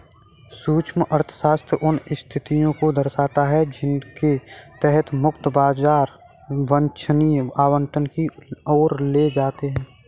सूक्ष्म अर्थशास्त्र उन स्थितियों को दर्शाता है जिनके तहत मुक्त बाजार वांछनीय आवंटन की ओर ले जाते हैं